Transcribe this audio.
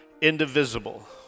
indivisible